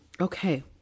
Okay